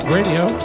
Radio